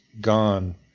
gone